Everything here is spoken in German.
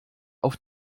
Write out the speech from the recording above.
auf